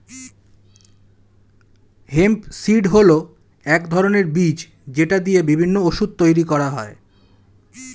hemp seed হল এক ধরনের বীজ যেটা দিয়ে বিভিন্ন ওষুধ তৈরি করা হয়